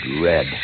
red